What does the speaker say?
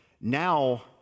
now